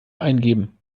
eingeben